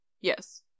yes